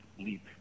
leap